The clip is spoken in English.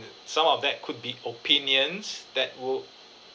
some of that could be opinions that wo~